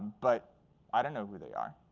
but i don't know who they are.